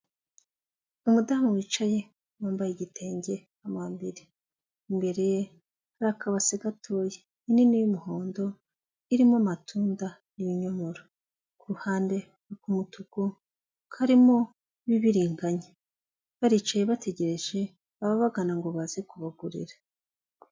Umudamu wicaye wambaye igitenge amambere. Imbere ye hari akabase gatoya, inini y'umuhondo irimo amatunda n'ibinyomoro. Ku ruhande ak'umutuku karimo ibibiringanya. Baricaye bategereje ababagana ngo baze kubagurira.